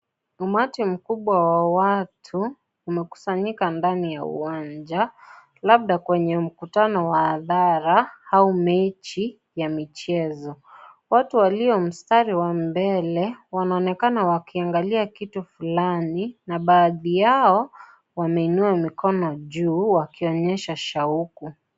Umati mkubwa wa watu umekusanyika ndani ya uwanja, labda kwenye mkutano wa hadhara au mechi ya michezo. Watu walio mstari wa mbele, wanaonekana wakiangalia kitu fulani na baadhi yao wameinua mikono juu wakionyesha shauku.